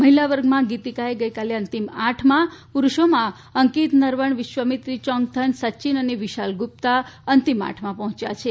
મહિલા વર્ગમાં ગીતીકાએ ગઇકાલે અંતિમ આઠમાં પુરૂષોમાં અંકિત નરવણ વિશ્વામિત્ર યોંગથત સચિન અને વિશાલ ગુપ્તા અંતિમ આઠમાં પહોંચ્યા છે